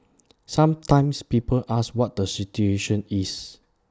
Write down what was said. sometimes people ask what the situation is